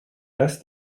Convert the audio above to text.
dass